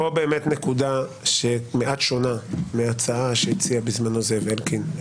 פה באמת נקודה מעט שונה מההצעה שהציע בזמנו זאב אלקין.